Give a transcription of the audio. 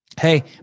Hey